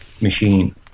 machine